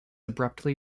abruptly